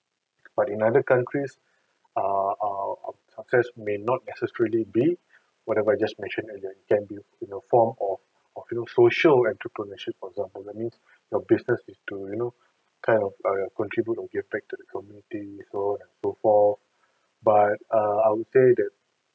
but in other countries err a success may not necessarily be whatever I just mentioned earlier can be in a form of of you know social entrepreneurship for example that means your business is to you know kind of uh contribute and give back to the community so on and so forth but err I would say that